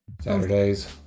Saturdays